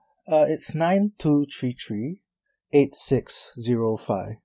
uh it's nine two three three eight six zero five